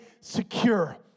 secure